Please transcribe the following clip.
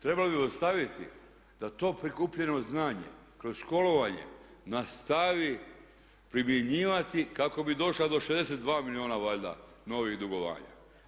Trebalo bi ju ostaviti da to prikupljeno znanje kroz školovanje nastavi primjenjivati kako bi došla do 62 milijuna valjda novih dugovanja.